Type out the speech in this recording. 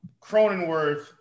Cronenworth